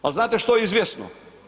Ali znate što je izvjesno?